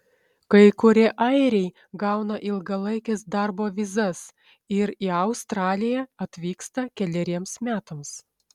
kai kurie airiai gauna ilgalaikes darbo vizas ir į australiją atvyksta keleriems metams